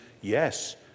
yes